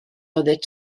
oeddet